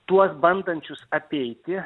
tuos bandančius apeiti